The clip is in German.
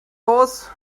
los